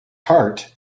heart